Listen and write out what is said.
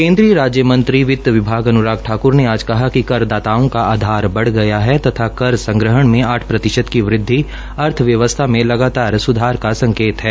केन्द्रीय राज्य मंत्री वित्त विभाग अन्राग ठाक्र ने कहा है करदाताओं का आधार बढ़ गया है तथा कर संग्रहण में आठ प्रतिशत की वृदवि अर्थव्यवसथा में लगातार सुधार का संकेत है